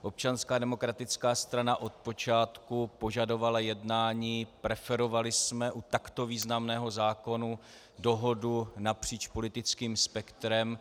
Občanská demokratická strana odpočátku požadovala jednání, preferovali jsme u takto významného zákona dohodu napříč politickým spektrem.